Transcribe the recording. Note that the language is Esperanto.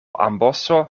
amboso